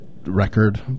record